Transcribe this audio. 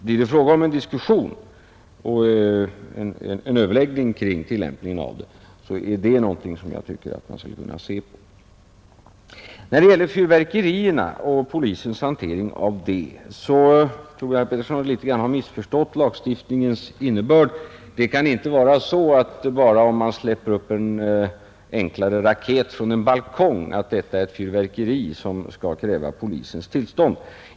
Vid en överläggning om tillämpningen av bestämmelserna kan det finnas anledning att ta upp sådana frågor till diskussion. När det gäller polisens handläggning av ärenden som gäller fyrverkerier tror jag att herr Petersson i Röstånga något har missförstått lagstiftningens innebörd, Om man släpper upp en enklare raket från en balkong är det inte att betrakta som ett fyrverkeri för vilket polisens tillstånd krävs.